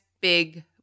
big